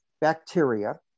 bacteria